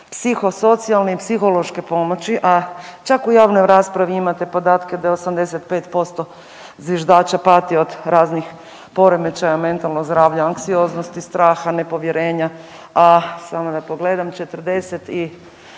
psihosocijalne i psihološke pomoći, a čak u javnoj raspravi imate podatke da 85% zviždača pati od raznih poremećaja mentalnog zdravlja, anksioznosti, straha, nepovjerenja, a samo da pogledam 48%